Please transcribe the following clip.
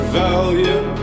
value